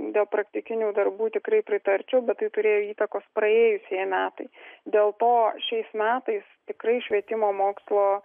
dėl praktikinių darbų tikrai pritarčiau bet tai turėjo įtakos praėjusieji metai dėl to šiais metais tikrai švietimo mokslo